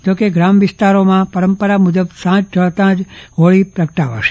જોકે ગ્રામ વિસ્તારોમાં પરંપરા મુજબ સાંજ ઢળતા જ હોળી પ્રગટાવાશે